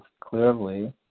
clearly